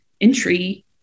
entry